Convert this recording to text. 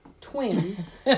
twins